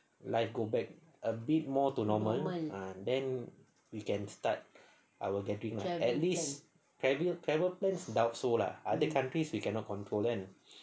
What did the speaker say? life go back a bit more to normal ah then we can start our travelling plans at least travel plans doubt so lah other countries we cannot control kan